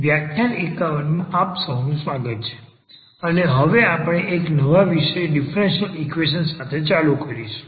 વ્યાખ્યાન 51 માં આપ સૌનું સ્વાગત છે અને હવે આપણે એક નવા વિષય ડીફરન્સીયલ ઈક્વેશન સાથે ચાલુ કરીશું